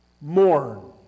Mourn